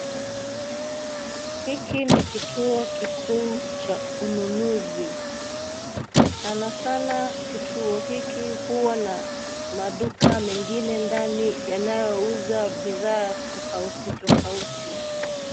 Hiki ni kituo kikuu cha ununuzi. Sana sana kituo hiki huwa na maduka mengine ndani yanayouza bidhaa tofauti tofauti.